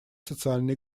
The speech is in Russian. социально